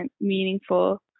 meaningful